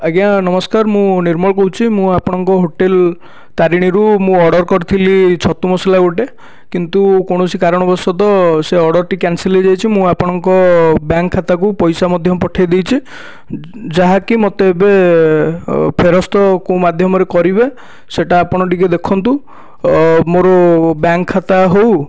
ଆଜ୍ଞା ନମସ୍କାର ମୁଁ ନିର୍ମଳ କହୁଛି ମୁଁ ଆପଣଙ୍କ ହୋଟେଲ ତାରିଣୀରୁ ମୁଁ ଅର୍ଡର କରିଥିଲି ଛତୁ ମସଲା ଗୋଟିଏ କିନ୍ତୁ କୌଣସି କାରଣ ବଶତଃ ସେ ଅର୍ଡ଼ରଟି କ୍ୟାନସଲ ହୋଇଯାଇଛି ମୁଁ ଆପଣଙ୍କ ବ୍ୟାଙ୍କ ଖାତାକୁ ପଇସା ମଧ୍ୟ ପଠାଇଦେଇଛି ଯାହା କି ମତେ ଏବେ ଫେରସ୍ତ କେଉଁ ମାଧ୍ୟମରେ କରିବେ ସେଇଟା ଆପଣ ଟିକେ ଦେଖନ୍ତୁ ମୋର ବ୍ୟାଙ୍କ ଖାତା ହେଉ